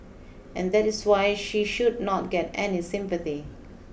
and that is why she should not get any sympathy